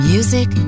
Music